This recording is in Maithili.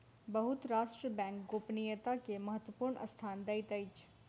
बहुत राष्ट्र बैंक गोपनीयता के महत्वपूर्ण स्थान दैत अछि